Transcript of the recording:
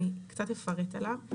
אני קצת אפרט עליו.